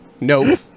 nope